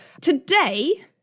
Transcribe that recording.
Today